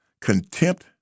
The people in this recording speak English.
contempt